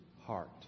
heart